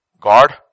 God